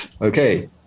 Okay